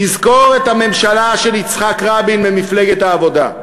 תזכור את הממשלה של יצחק רבין ומפלגת העבודה,